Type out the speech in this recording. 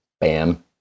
Bam